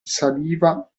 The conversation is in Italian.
saliva